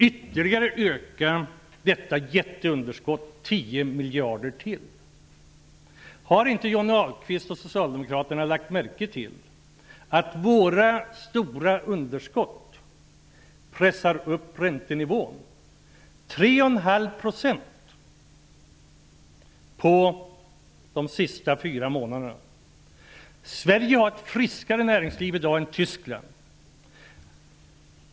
Då ökar vi på jätteunderskottet med 10 Har inte Johnny Ahlqvist och Socialdemokraterna lagt märke till att våra stora underskott pressar upp räntenivån? Den har gått upp med 3,5 % under de senaste fyra månaderna. Sverige har i dag ett friskare näringsliv än Tyskland.